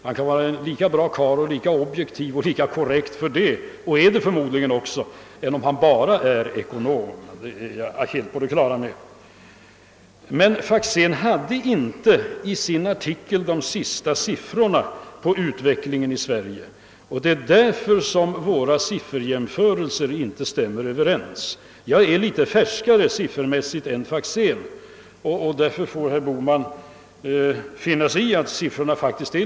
Jag är fullt på det klara med att man ändå kan vara en lika bra karl, lika objektiv och korrekt — och det är Faxén förmodligen också — som om man bara är ekonom.